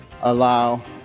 allow